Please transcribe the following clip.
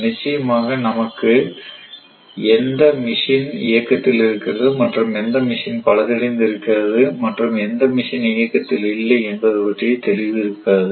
நிச்சயமாக நமக்கு எந்த மெஷின் இயக்கத்தில் இருக்கிறது மற்றும் எந்த மெஷின் பழுதடைந்து இருக்கிறது மற்றும் எந்த மெஷின் இயக்கத்தில் இல்லை என்பது பற்றிய தெளிவு இருக்காது